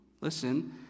listen